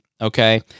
okay